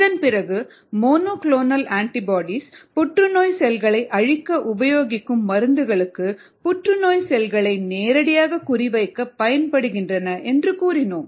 இதன்பிறகு monoclonal antibodies புற்றுநோய் செல்களை அழிக்க உபயோகிக்கும் மருந்துகளுக்கு புற்றுநோய் செல்களை நேரடியாக குறிவைக்க பயன்படுகின்றன என்று கூறினோம்